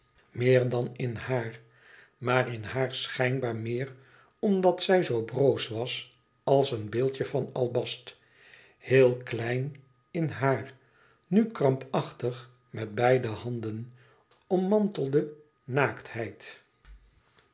meer dan in haar maar in haar schijnbaar meer omdat zij zoo broos was als een beeldje van albast heel klein in haar nu krampachtig met beide handen ommantelde naaktheid